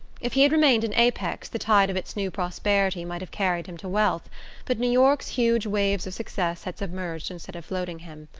if he had remained in apex the tide of its new prosperity might have carried him to wealth but new york's huge waves of success had submerged instead of floating him,